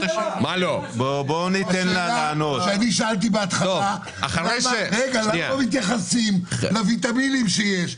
אני שאלתי בהתחלה למה לא מתייחסים לוויטמינים שיש בפרי.